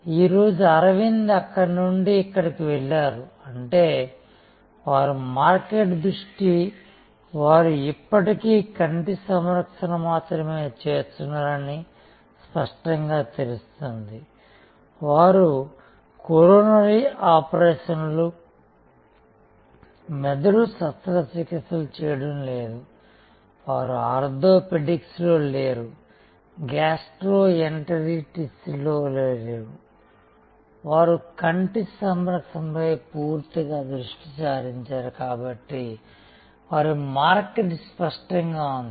ఈ రోజు అరవింద్ అక్కడి నుండి ఇక్కడికి వెళ్లారు అంటే వారి మార్కెట్ దృష్టి వారు ఇప్పటికీ కంటి సంరక్షణ మాత్రమే చేస్తున్నారని స్పష్టంగా తెలుస్తుంది వారు కొరోనరీ ఆపరేషన్లు మెదడు శస్త్రచికిత్సలు చేయడం లేదు వారు ఆర్థోపెడిక్స్లో లేరు గ్యాస్ట్రోఎంటెరిటిస్లో లేరు వారు కంటి సంరక్షణపై పూర్తిగా దృష్టి సారించారు కాబట్టి వారి మార్కెట్ స్పష్టంగా ఉంది